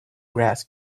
grass